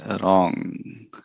wrong